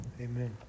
Amen